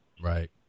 Right